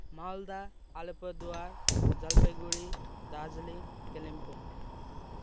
Malda Alipurduar Jalpaiguri Darjeeling Kalimpong